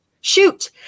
shoot